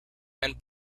and